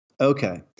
Okay